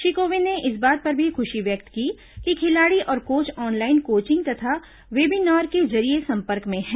श्री कोविंद ने इस बात पर भी खुशी व्यक्त की कि खिलाड़ी और कोच अॉनलाइन कोचिंग तथा वेबिनार के जरिये संपर्क में हैं